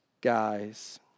guys